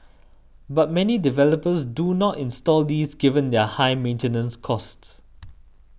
but many developers do not install these given their high maintenance costs